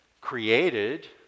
created